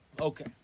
Okay